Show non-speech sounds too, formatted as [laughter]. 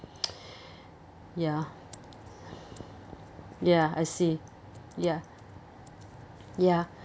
[noise] ya ya I see ya ya